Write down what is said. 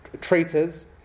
traitors